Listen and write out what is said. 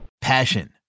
Passion